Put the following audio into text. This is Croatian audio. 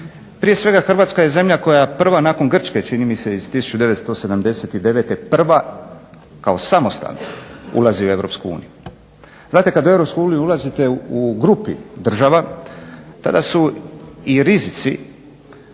Prije svega Hrvatska je prva nakon Grčke čini mi se iz 1979. prva kao samostalna ulazi u EU. Znate kada ulazite u EU u grupi država tada su i rizici